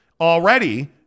already